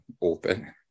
open